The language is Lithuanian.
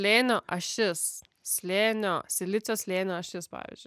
slėnio ašis slėnio silicio slėnio ašis pavyzdžiui